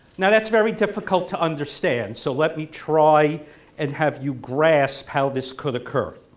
now that's very difficult to understand so let me try and have you grasp how this could occur.